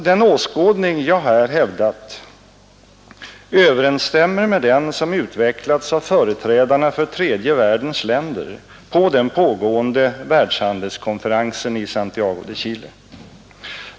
Den åskådning jag här hävdat överensstämmer med den som utvecklats av företrädarna för tredje världens länder på den pågående världshandelskonferensen i Santiago de Chile.